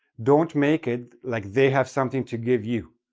don't make it like they have something to give you.